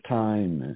time